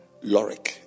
Lorik